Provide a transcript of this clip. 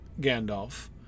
Gandalf